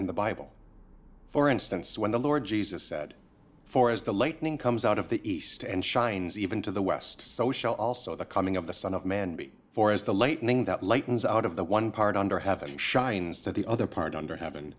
in the bible for instance when the lord jesus said for as the lightning comes out of the east and shines even to the west so shall also the coming of the son of man be for as the lightning that lightens out of the one part under heaven shines to the other part under heav